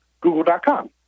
Google.com